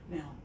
Now